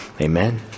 Amen